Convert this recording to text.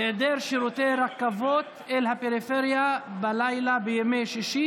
היעדר שירותי רכבות אל הפריפריה בלילה בימי שישי